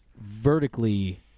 vertically